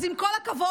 אז עם כל הכבוד,